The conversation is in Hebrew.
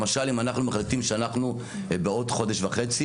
למשל אם אנחנו מחליטים שאנחנו בעוד חודש וחצי